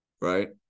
Right